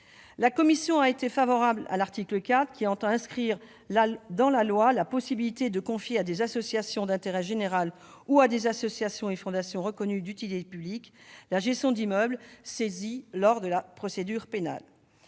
La commission a été favorable à l'article 4, qui entend inscrire dans la loi la possibilité de confier à des associations d'intérêt général ou à des associations et fondations reconnues d'utilité publique la gestion d'immeubles saisis lors de procédures pénales.